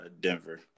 Denver